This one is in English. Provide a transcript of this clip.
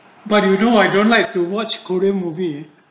but you know I don't like to watch korean movie